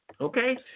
Okay